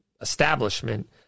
establishment